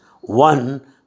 one